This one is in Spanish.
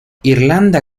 irlanda